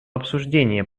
обсуждения